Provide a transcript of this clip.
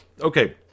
Okay